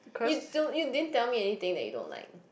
you don't you din tell me anything that you don't like